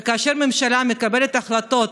כאשר הממשלה מקבלת החלטות